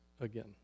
again